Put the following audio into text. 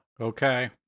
Okay